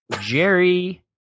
Jerry